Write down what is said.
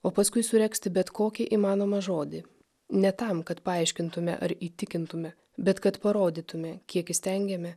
o paskui suregzti bet kokį įmanomą žodį ne tam kad paaiškintumėme ar įtikintumėme bet kad parodytumėme kiek įstengėme